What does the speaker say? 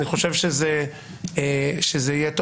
אני חושב שזה יהיה טוב,